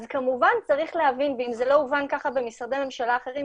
אז כמובן צריך להבין ואם זה לא הובן כך במשרדי ממשלה אחרים,